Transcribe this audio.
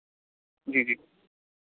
जी जी